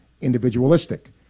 individualistic